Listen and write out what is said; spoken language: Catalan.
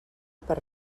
per